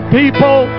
people